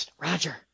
roger